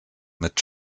mit